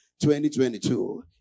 2022